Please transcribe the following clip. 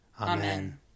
Amen